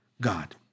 God